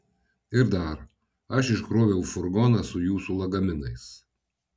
ir dar aš iškroviau furgoną su jūsų lagaminais